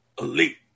Elite